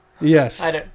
Yes